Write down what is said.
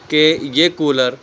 کہ یہ کولر